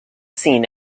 seen